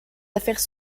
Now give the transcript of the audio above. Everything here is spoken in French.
affaires